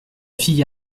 fille